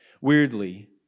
Weirdly